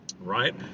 Right